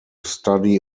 study